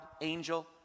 angel